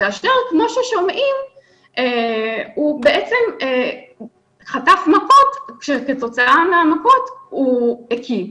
כאשר הוא בעצם חטף מכות וכתוצאה מן המכות הוא הקיא.